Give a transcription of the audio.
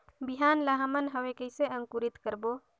बिहान ला हमन हवे कइसे अंकुरित करबो?